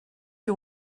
you